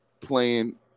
playing